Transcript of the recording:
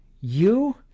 You